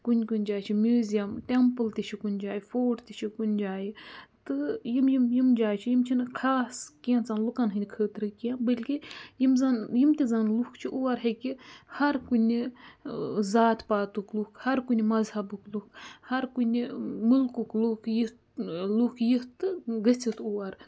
کُنہِ کُنہِ جایہِ چھُ میوٗزِیِم ٹٮ۪مپٕل تہِ چھِ کُنہِ جایہِ فوٹ تہِ چھِ کُنہِ جایہِ تہٕ یِم یِم یِم جایہِ چھِ یِم چھِنہٕ خاص کینٛژَن لُکَن ہِنٛد خٲطرٕ کہِ بٔلکہِ یِم زَن یِم تہِ زَنہٕ لُکھ چھِ اور ہیٚکہِ ہَرٕ کُنہِ ذات پاتُک لُکھ ہَرٕ کُنہِ مَزہَبُک لُکھ ہَرٕ کُنہِ مُلکُک لُکھ یُتھ لُکھ یُتھ تہٕ گٔژھتھ اور